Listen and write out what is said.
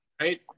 right